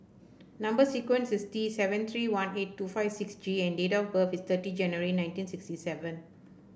number sequence is T seven three one eight two five six G and date of birth is thirty January nineteen sixty seven